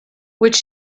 which